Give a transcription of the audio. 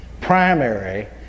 primary